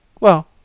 Well